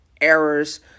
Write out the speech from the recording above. errors